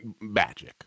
magic